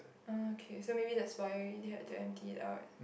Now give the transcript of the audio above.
ah okay so maybe that's why they had to empty it out